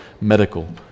medical